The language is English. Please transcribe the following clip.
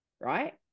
right